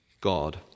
God